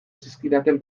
zizkidaten